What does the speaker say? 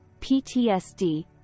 PTSD